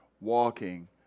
walking